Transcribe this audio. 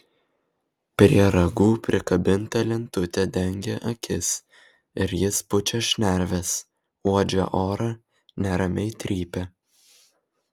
prie ragų prikabinta lentutė dengia akis ir jis pučia šnerves uodžia orą neramiai trypia